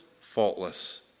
faultless